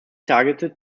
targeted